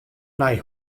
nei